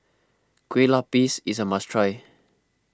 Kue Lupis is a must try